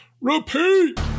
repeat